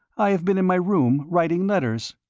i have been in my room writing letters.